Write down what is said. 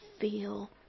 feel